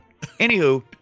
anywho